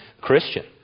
Christian